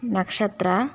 Nakshatra